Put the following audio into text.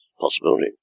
Possibility